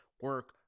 Work